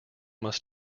must